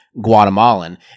Guatemalan